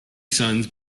sons